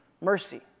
mercy